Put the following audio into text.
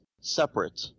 separate